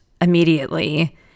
immediately